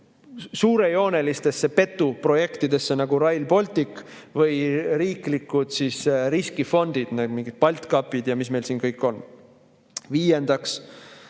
suurejoonelistesse petuprojektidesse, nagu Rail Baltic või riiklikud riskifondid, mingid BaltCapid ja mis meil siin kõik on. Viiendaks